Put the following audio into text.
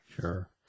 Sure